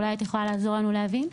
אולי את יכולה לעזור לנו להבין?